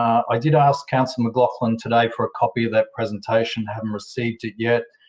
i did ask councillor mclachlan today for a copy of that presentation. haven't received it yet,